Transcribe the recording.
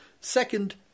Second